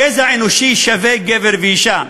גזע אנושי שווה גבר ואישה,